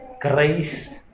grace